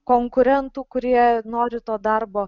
konkurentų kurie nori to darbo